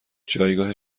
جایگاه